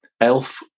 elf